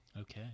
Okay